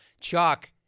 Chuck